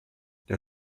der